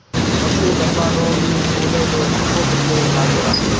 पत्ती धब्बा रोग भी फुले में फफूंद से लागेला